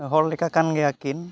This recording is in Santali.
ᱦᱚᱲ ᱞᱮᱠᱟ ᱠᱟᱱ ᱜᱮᱭᱟᱠᱤᱱ